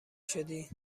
شدی